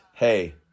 hey